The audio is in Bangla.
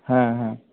হ্যাঁ হ্যাঁ